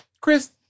Chris